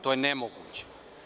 To je nemoguće.